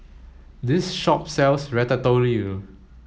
this shop sells Ratatouille